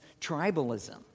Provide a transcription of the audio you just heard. tribalism